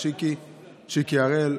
שיקי הראל,